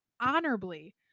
honorably